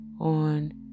on